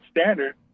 standard